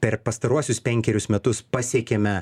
per pastaruosius penkerius metus pasiekėme